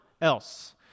else